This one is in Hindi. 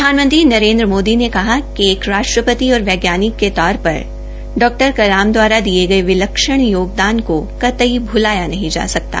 प्रधानमंत्री नरेन्द्र मोदी ने कहा कि एक राष्ट्रपति और वैज्ञानिक के तौर पर डॉ कलाम द्वारा दिये गये विलक्षण योगदान को कतई भुलाया नहीं जा सकता